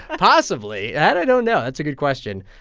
ah possibly. and i don't know. that's a good question.